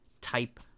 type